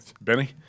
Benny